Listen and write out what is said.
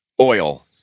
Oil